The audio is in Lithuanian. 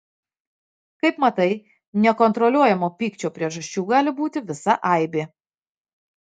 kaip matai nekontroliuojamo pykčio priežasčių gali būti visa aibė